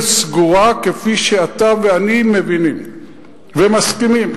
סגורה כפי שאתה ואני מבינים ומסכימים,